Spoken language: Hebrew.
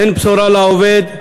אין בשורה לעובד,